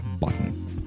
button